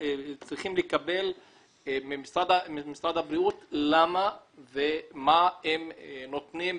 אנחנו צריכים לקבל ממשרד הבריאות למה ומה הם נותנים במקום.